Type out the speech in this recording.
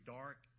dark